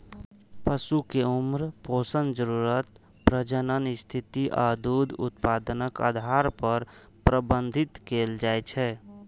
पशु कें उम्र, पोषण जरूरत, प्रजनन स्थिति आ दूध उत्पादनक आधार पर प्रबंधित कैल जाइ छै